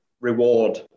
reward